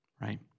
right